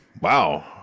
Wow